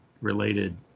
related